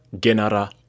genera